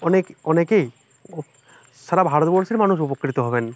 অনেক অনেকেই ও সারা ভারতবর্ষের মানুষ উপকৃত হবেন